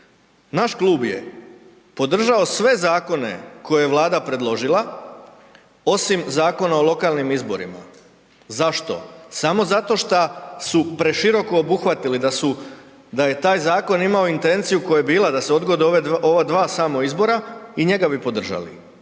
Naš klub je podržao sve zakone koje je Vlada predložila, osim Zakona o lokalnim izborima. Zašto? Samo zato šta su preširoko obuhvatili, da je taj zakon imao intenciju koja je bila da se odgode ova dva samo izbora i njega bi podržali.